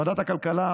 ועדת הכלכלה,